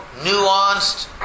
nuanced